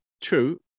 True